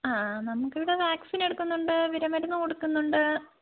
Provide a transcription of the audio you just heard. ആ നമുക്കിവിടെ വാക്സിൻ എടുക്കുന്നുണ്ട് വിര മരുന്ന് കൊടുക്കുന്നുണ്ട്